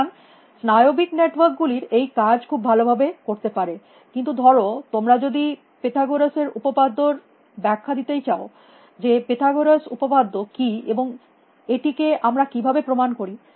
সুতরাং স্নায়বিক নেটওয়ার্ক গুলি এই কাজ খুব ভালো ভাবে করতে পারে কিন্তু ধর তোমরা যদি পীথাগোরাস উপপাদ্য র এর ব্যাখ্যা দিতেই চাও যে পীথাগোরাস উপপাদ্য কী এবং এটি কে আমরা কিভাবে প্রমাণ করি